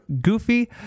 goofy